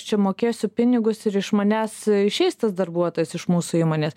čia mokėsiu pinigus ir iš manęs išeis tas darbuotojas iš mūsų įmonės